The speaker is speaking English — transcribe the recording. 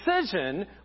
decision